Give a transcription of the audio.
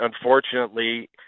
unfortunately